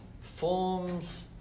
forms